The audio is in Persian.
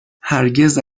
هرگز